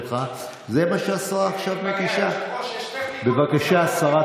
אבל זה אורח חייהם, היא יכולה לא להסכים.